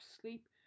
sleep